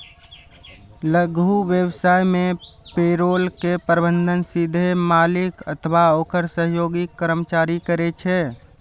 लघु व्यवसाय मे पेरोल के प्रबंधन सीधे मालिक अथवा ओकर सहयोगी कर्मचारी करै छै